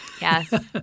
Yes